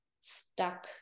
stuck